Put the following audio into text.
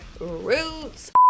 roots